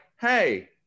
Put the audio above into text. hey